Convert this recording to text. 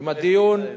עם הדיון, אבקש לסיים.